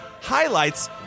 highlights